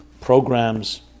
programs